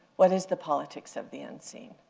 what is the politics of the unseen?